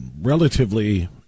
relatively